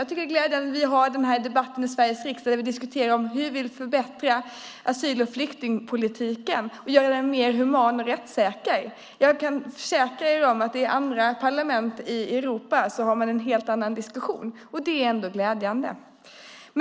Jag tycker att det är glädjande att vi har den här debatten i Sveriges riksdag där vi diskuterar hur vi vill förbättra asyl och flyktingpolitiken och göra den mer human och rättssäker. Jag kan försäkra er om att i andra parlament i Europa har man en helt annan diskussion. Det här är ändå glädjande.